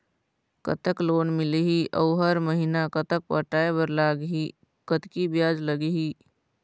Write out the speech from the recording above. कतक लोन मिलही अऊ हर महीना कतक पटाए बर लगही, कतकी ब्याज लगही?